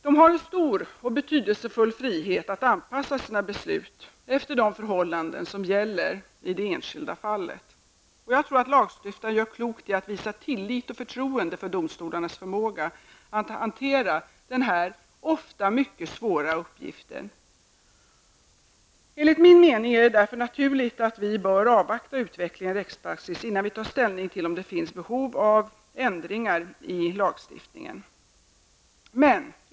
De har en stor frihet att anpassa sina beslut efter de förhållanden som råder i det enskilda fallet. Jag tror att lagstiftaren gör klokt i att visa tillit och förtroende för domstolarnas förmåga att hantera den här ofta mycket svåra uppgiften. Enligt min uppfattning är det därför naturligt att vi skall avvakta utvecklingen i rättspraxis innan vi tar ställning till om det finns behov av ändringar i lagen.